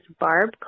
Barb